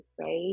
right